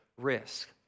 risk